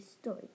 Story